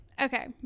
Okay